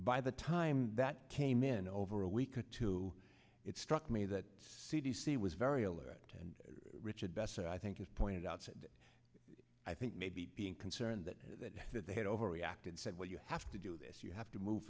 by the time that came in over a week or two it struck me that c d c was very alert and richard besser i think you've pointed out said i think maybe being concerned that that that they had overreacted said well you have to do this you have to move